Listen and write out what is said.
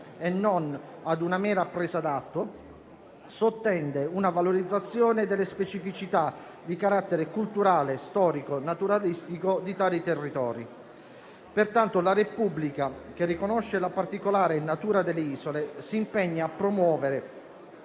e non ad una mera presa d'atto, sottende una valorizzazione delle specificità di carattere culturale, storico e naturalistico di tali territori. Pertanto la Repubblica, che riconosce la particolare natura delle isole, si impegna a promuovere